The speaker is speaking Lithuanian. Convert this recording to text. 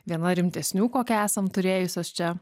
viena rimtesnių kokią esam turėjusios čia